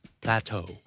Plateau